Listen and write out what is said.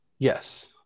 yes